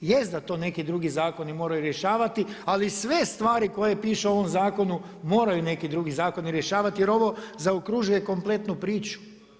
Jest da to neki drugi zakoni moraju rješavati, ali sve stvari koje pišu u ovom zakonu moraju neki drugi zakoni rješavati jer ovo zaokružuje kompletnu priču.